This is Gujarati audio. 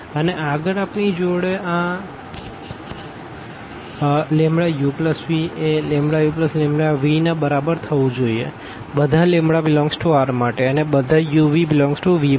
uλμu∀λμ∈Ru∈V અને આગળ આપણી જોડે આ uv એ uλv ના બરાબર થવું જોઈએ બધા ∈R માટે અને બધા uv∈V માટે